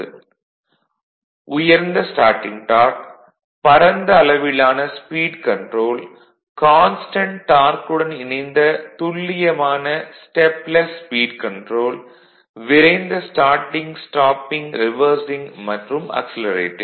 1 உயர்ந்த starting torque 2 பரந்த அளவிலான ஸ்பீட் கன்ட்ரோல் 3 கான்ஸ்டன்ட் டார்க் உடன் இணைந்த துல்லியமான ஸ்டெப்லெஸ் ஸ்பீட் கன்ட்ரோல் 4 விரைந்த ஸ்டார்ட்டிங் ஸ்டாப்பிங் ரிவர்சிங் மற்றும் அக்சிலரேட்டிங்